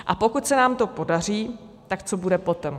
A pokud se nám to podaří, tak co bude potom.